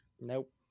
nope